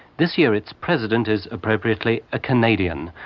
this year its president is appropriately a canadian,